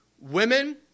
women